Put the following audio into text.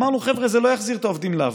אמרנו: חבר'ה, זה לא יחזיר את העובדים לעבודה.